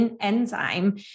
enzyme